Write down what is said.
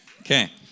Okay